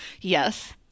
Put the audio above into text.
Yes